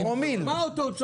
תשמע אותו.